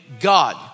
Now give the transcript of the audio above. God